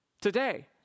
today